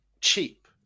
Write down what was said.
cheap